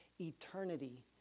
eternity